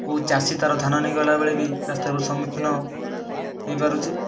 କେଉଁ ଚାଷୀ ତାର ଧାନ ନେଇଗଲା ବେଳେ ବି ରାସ୍ତାକୁ ସମ୍ମୁଖିନ ହେଇପାରୁଛି